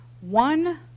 One